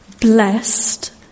blessed